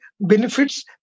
benefits